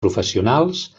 professionals